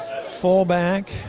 fullback